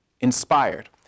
inspired